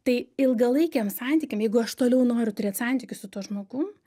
tai ilgalaikiam santykiam jeigu aš toliau noriu turėt santykius su tuo žmogum